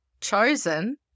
chosen